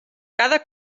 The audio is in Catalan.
cada